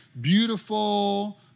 Beautiful